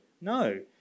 No